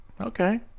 okay